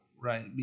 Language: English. right